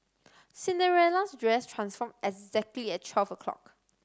Cinderella's dress transformed exactly at twelve o'clock